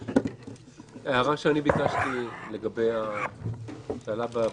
הערה שאני ביקשתי לגבי שאלה שעלתה בבוקר,